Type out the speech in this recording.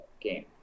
Game